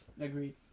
Agreed